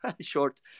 short